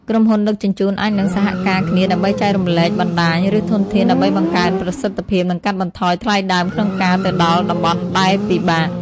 ក្រុមហ៊ុនដឹកជញ្ជូនអាចនឹងសហការគ្នាដើម្បីចែករំលែកបណ្តាញ ឬធនធាន ដើម្បីបង្កើនប្រសិទ្ធភាព និងកាត់បន្ថយថ្លៃដើមក្នុងការទៅដល់តំបន់ដែលពិបាក។